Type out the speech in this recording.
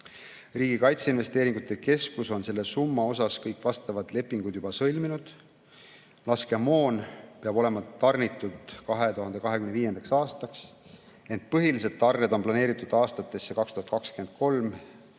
Riigi Kaitseinvesteeringute Keskus on selle summa raames kõik vastavad lepingud juba sõlminud. Laskemoon peab olema tarnitud 2025. aastaks, ent põhilised tarned on planeeritud aastaks 2023